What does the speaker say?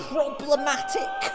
problematic